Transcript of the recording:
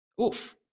Oof